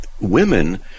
women